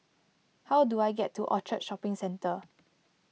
how do I get to Orchard Shopping Centre